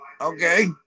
okay